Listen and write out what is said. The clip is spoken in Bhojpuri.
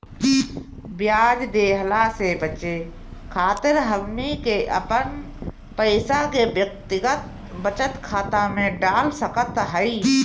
ब्याज देहला से बचे खातिर हमनी के अपन पईसा के व्यक्तिगत बचत खाता में डाल सकत हई